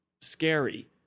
scary